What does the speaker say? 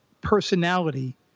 personality—